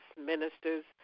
ministers